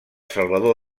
salvador